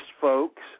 folks